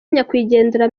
nyakwigendera